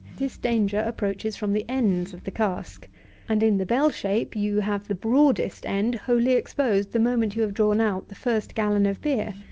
this danger approaches from the ends of the cask and, in the bell-shape, you have the broadest end wholly exposed the moment you have drawn out the first gallon of beer,